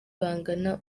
bangana